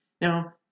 Now